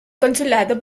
consulado